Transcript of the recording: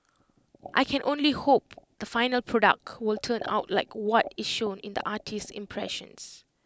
I can only hope the final product will turn out like what is shown in the artist's impressions